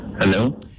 Hello